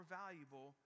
valuable